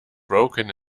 broken